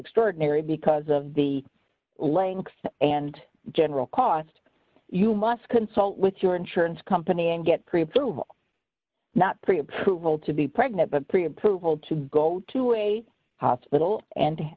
extraordinary because of the length and general cost you must consult with your insurance company and get pre approval not pre approval to be pregnant but pre approval to go to a hospital and